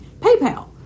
PayPal